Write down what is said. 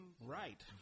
Right